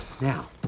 Now